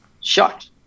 shot